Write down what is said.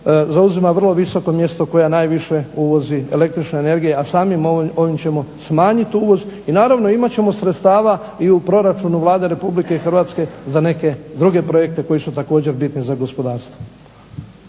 zauzima vrlo visoko mjesto koja najviše uvozi električne energije, a samim ovim ćemo smanjiti uvoz i naravno imat ćemo sredstava i u proračunu Vlade RH za neke druge projekte koji su također bitni za gospodarstvo.